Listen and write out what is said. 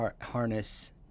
harness